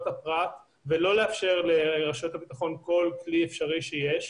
הפרט ולא לאפשר לרשויות הביטחון כל כלי אפשרי שיש,